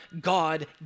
God